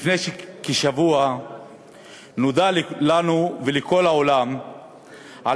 לפני כשבוע נודע לנו ולכל העולם על